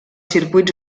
circuits